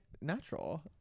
natural